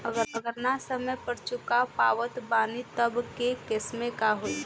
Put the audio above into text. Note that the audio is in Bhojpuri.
अगर ना समय पर चुका पावत बानी तब के केसमे का होई?